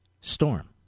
storm